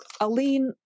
Aline